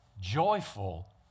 joyful